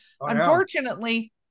unfortunately